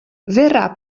verrà